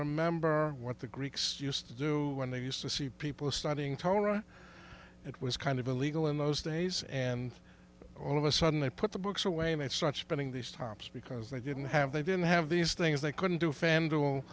remember what the greeks used to do when they used to see people studying torah it was kind of illegal in those days and all of a sudden they put the books away and it's not spinning these times because they didn't have they didn't have these things they couldn't do fan